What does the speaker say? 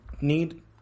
need